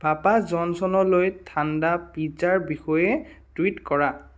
papa জনছনলৈ ঠাণ্ডা পিজ্জাৰ বিষয়ে টুইট কৰা